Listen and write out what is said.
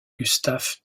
gustaf